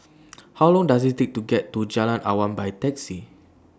How Long Does IT Take to get to Jalan Awan By Taxi